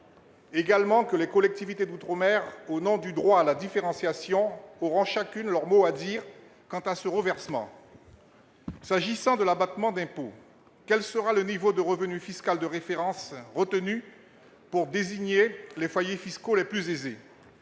outre-mer, que les collectivités d'outre-mer, au nom du droit à la différenciation, auront chacune leur mot à dire quant à ce reversement ? J'en viens à l'abattement d'impôt : quel sera le niveau de revenu fiscal de référence retenu pour désigner les foyers fiscaux les plus aisés ?